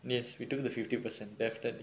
yes we took the fifty percent definitely